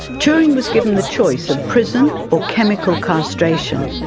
turing was given the choice of prison or chemical castration.